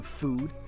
food